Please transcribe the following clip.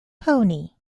pony